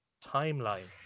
timeline